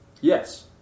Yes